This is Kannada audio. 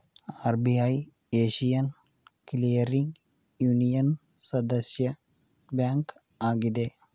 ಆರ್.ಬಿ.ಐ ಏಶಿಯನ್ ಕ್ಲಿಯರಿಂಗ್ ಯೂನಿಯನ್ನ ಸದಸ್ಯ ಬ್ಯಾಂಕ್ ಆಗಿದೆ